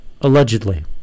allegedly